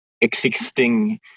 existing